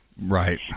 right